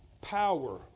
Power